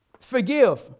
forgive